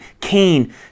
Cain